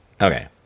Okay